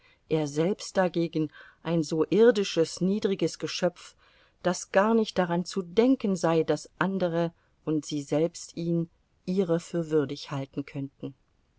er selbst dagegen ein so irdisches niedriges geschöpf daß gar nicht daran zu denken sei daß andere und sie selbst ihn ihrer für würdig halten könnten